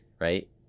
Right